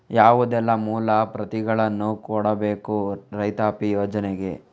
ಯಾವುದೆಲ್ಲ ಮೂಲ ಪ್ರತಿಗಳನ್ನು ಕೊಡಬೇಕು ರೈತಾಪಿ ಯೋಜನೆಗೆ?